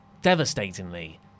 devastatingly